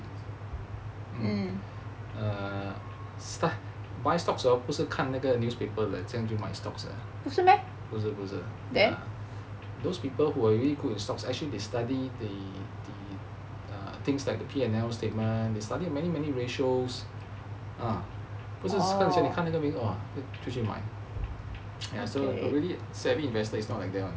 err but stocks hor 不是看那个 newspaper 的这样就买 stocks 的不是不是 those people who are really good in stocks actually they study the things like the P&L statement they study many many ratios ah 不是叫你看那个名就去买 ya so really savvy investor it's not like that [one]